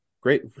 Great